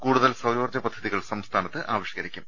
കൂടുതൽ സൌരോർജ്ജ പദ്ധതികൾ സംസ്ഥാനത്ത് ആവിഷ്കരിക്കും